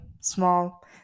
small